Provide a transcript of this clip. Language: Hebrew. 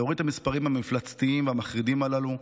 להוריד את המספרים המפלצתיים והמחרידים הללו,